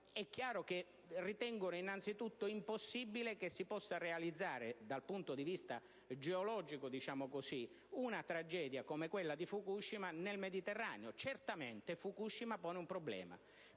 dal professor Veronesi, appare impossibile che si possa verificare dal punto di vista geologico una tragedia come quella di Fukushima nel Mediterraneo. Certamente Fukushima pone un problema,